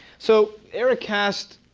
so eric cast,